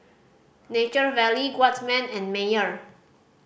Nature Valley Guardsman and Mayer